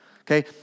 okay